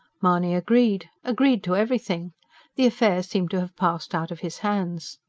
mahony agreed agreed to everything the affair seemed to have passed out of his hands.